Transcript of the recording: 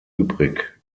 übrig